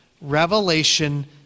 Revelation